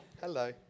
Hello